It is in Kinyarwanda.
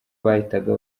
bahitaga